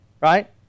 right